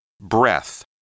breath